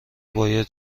باید